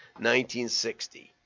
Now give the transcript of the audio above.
1960